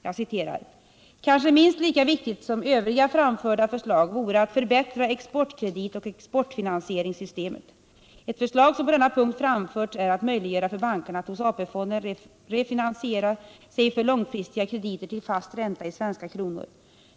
Jag citerar: ”Kanske minst lika viktigt som övriga framförda förslag vore att förbättra exportkreditoch exportfinansieringssystemet. Ett förslag som på denna punkt framförts är att möjliggöra för bankerna att hos AP-fonden refinansiera sig för långfristiga krediter till fast ränta i svenska kronor.